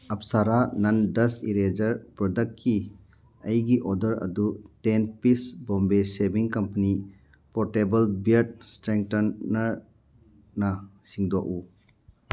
Apsara non dust eraser ꯄ꯭ꯔꯗꯛꯀꯤ ꯑꯩꯒꯤ order ꯑꯗꯨ ten piece Bombay Shaving Company portable beard ꯏꯁꯇ꯭ꯔꯦꯡꯇꯟꯅꯔꯅ ꯁꯤꯟꯗꯣꯛꯎ